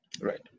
Right